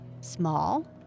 Small